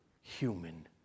human